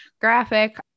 graphic